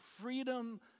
freedom